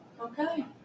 Okay